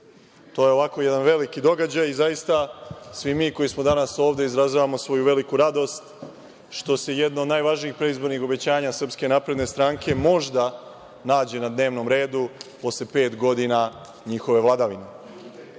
to je ovako jedan veliki događaj. Zaista svi mi koji smo danas ovde izražavamo svoju veliku radost što se jedno od najvažnijih predizbornih obećanja SNS možda nađe na dnevnom redu posle pet godina njihove vladavine.U